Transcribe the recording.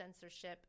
censorship